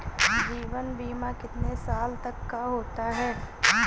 जीवन बीमा कितने साल तक का होता है?